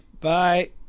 Bye